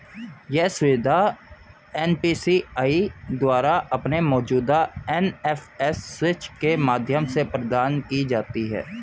यह सुविधा एन.पी.सी.आई द्वारा अपने मौजूदा एन.एफ.एस स्विच के माध्यम से प्रदान की जाती है